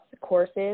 courses